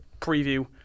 preview